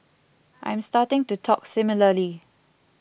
I am starting to talk similarly